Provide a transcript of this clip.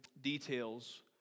details